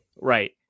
Right